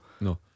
No